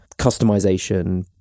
customization